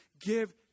give